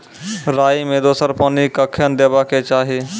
राई मे दोसर पानी कखेन देबा के चाहि?